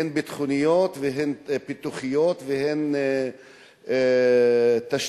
הן ביטחוניות, הן פיתוח והן תשתיות,